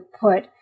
put